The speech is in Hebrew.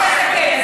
תודה שיש.